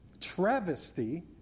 travesty